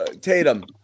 Tatum